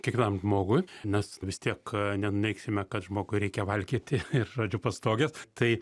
kiekvienam žmogui nes vis tiek nenuneigsime kad žmogui reikia valgyti ir žodžiu pastogės tai